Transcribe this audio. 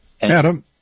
Adam